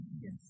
Yes